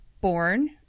born